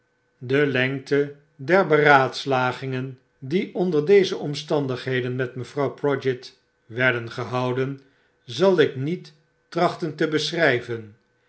de lengte der beraadslagingen die onder deze omstandigheden met mevrouw prodgit werden gehouden zal ik niettrachten te beschryven